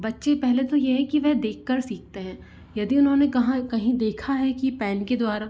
बच्चे पहले तो ये है कि वह देखकर सीखते हैं यदि उन्होंने कहाँ कहीं देखा है कि पेन के द्वारा